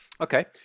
Okay